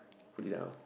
put it out